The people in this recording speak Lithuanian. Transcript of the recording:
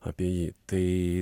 apie jį tai